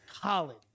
college